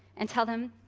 and tell them,